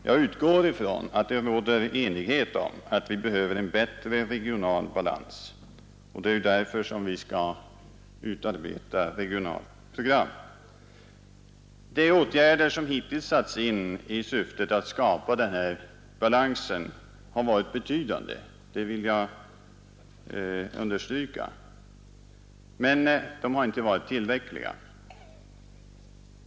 Jag utgår ifrån att det råder enighet om att vi behöver en bättre regional balans, och det är ju därför som vi skall utarbeta ett regionalt program. De åtgärder som hittills satts in i syfte att skapa en sådan balans har varit betydande, det vill jag understryka. Men de har inte varit tillräckliga.